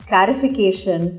Clarification